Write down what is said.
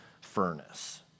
furnace